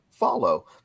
follow